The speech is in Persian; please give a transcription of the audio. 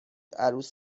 عروس